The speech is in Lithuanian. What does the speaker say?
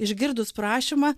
išgirdus prašymą